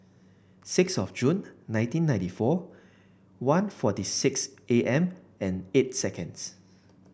six of June nineteen ninety four one forty six A M and eight seconds